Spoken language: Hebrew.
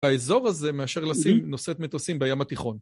האזור הזה מאשר לשים נושאת מטוסים בים התיכון.